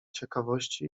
ciekawości